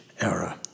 era